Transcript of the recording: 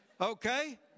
okay